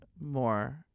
more